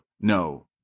no